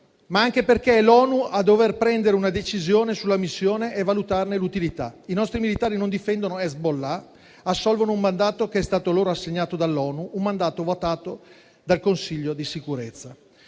ma anche perché è l'ONU a dover prendere una decisione sulla missione e valutarne l'utilità. I nostri militari non difendono Hezbollah, ma assolvono a un mandato che è stato loro assegnato dall'ONU, votato dal Consiglio di sicurezza.